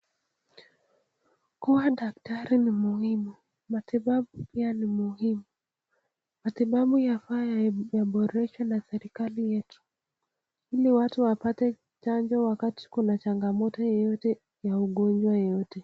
Kuwa daktari ni muhimu tatibabu pia ni muhimu. Matibabu yanafaa yaboreshwe na nchi yetu ili watu wapate chanjo wakati kuna changamoto yeyote na ugonjwa yeyote.